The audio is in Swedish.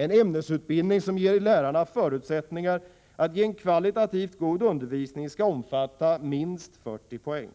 En ämnesutbildning som ger läraren förutsättningar att ge en kvalitativt god undervisning skall omfatta minst 40 poäng.